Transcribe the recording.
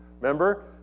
Remember